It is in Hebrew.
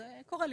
זה קורה לפעמים.